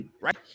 right